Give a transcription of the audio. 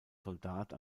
soldat